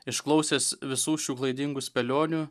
išklausęs visų šių klaidingų spėlionių